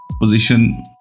position